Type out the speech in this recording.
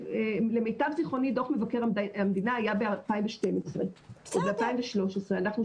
למיטב זכרוני דוח מבקר המדינה היה ב-2012 או ב-2013.